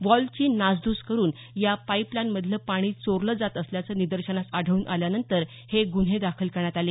व्हॉल्व्हची नासधूस करुन या पाईपलाईनमधले पाणी चोरले जात असल्याचं निदर्शनास आढळून आल्यानंतर हे गुन्हे दाखल करण्यात आले